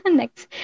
next